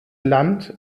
land